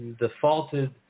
defaulted